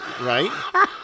Right